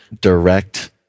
direct